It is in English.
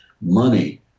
money